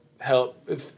help